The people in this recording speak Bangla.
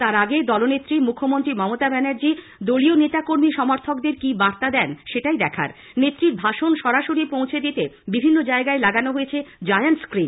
তার আগে দলনেত্রী মুখ্যমন্ত্রী মমতা ব্যানার্জী দলীয় নেতাকর্মী সমর্থকদের কি বার্তা দেন সেটাই দেখার নেত্রীর ভাষণ সরাসরি পৌঁছে দিতে বিভিন্ন জায়গায় লাগানো হয়েছে জায়ান্ট স্ক্রিন